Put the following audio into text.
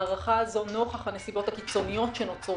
ההארכה הזאת נוכח הנסיבות הקיצוניות שנוצרו,